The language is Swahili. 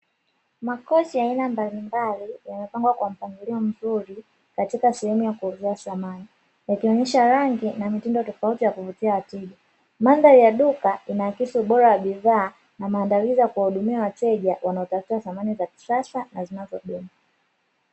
Makochi ya aina mbalimbali yamepangwa kwa mpangilio mzuri katika sehemu ya kuuzia samani, yakionyesha rangi na mitindo tofauti ya kuvutia wateja. Mandhari ya duka inaakisi ubora wa bidhaa na maandalizi ya kuwahudumia wateja wanaotafuta samani za kisasa na zinazodumu.